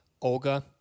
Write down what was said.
Olga